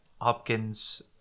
Hopkins